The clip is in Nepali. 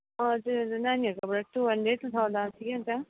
हजुर हजुर नानीहरूकोबटा टु हन्ड्रेड उठाउँदा ठिकै हुन्छ